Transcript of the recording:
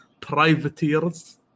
privateers